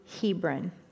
Hebron